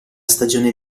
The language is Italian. stagione